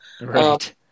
Right